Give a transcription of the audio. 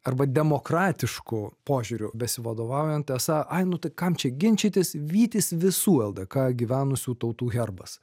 arba demokratišku požiūriu besivadovaujant esą ai nu tai kam čia ginčytis vytis visų ldk gyvenusių tautų herbas